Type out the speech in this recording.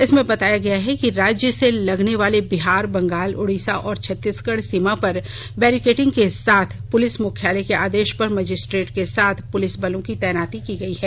इसमें बताया गया हैं कि राज्य से लगने वाले बिहार बंगाल ओड़िशा और छत्तीसगढ़ सीमा पर बैरिकेडिंग के साथ पुलिस मुख्यालय के आदेश पर मजिस्ट्रेट के साथ पुलिस बलों की तैनाती की गयी है